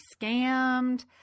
scammed